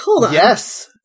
Yes